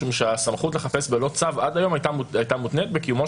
משום שהסמכות לחפש בלא צו עד היום הייתה מותנית בקיומו